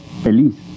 feliz